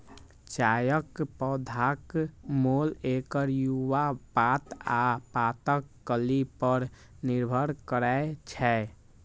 चायक पौधाक मोल एकर युवा पात आ पातक कली पर निर्भर करै छै